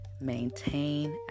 maintain